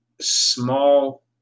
small